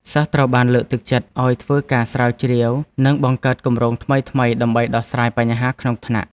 សិស្សត្រូវបានលើកទឹកចិត្តឱ្យធ្វើការស្រាវជ្រាវនិងបង្កើតគម្រោងថ្មីៗដើម្បីដោះស្រាយបញ្ហាក្នុងថ្នាក់។